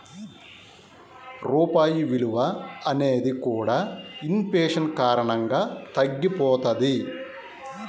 రూపాయి విలువ అనేది కూడా ఇన్ ఫేషన్ కారణంగా తగ్గిపోతది